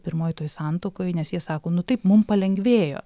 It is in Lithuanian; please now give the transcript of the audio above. pirmoj toj santuokoj nes jie sako nu taip mum palengvėjo